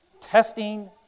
testing